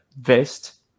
vest